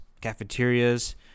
cafeterias